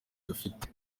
dufite